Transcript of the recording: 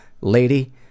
Lady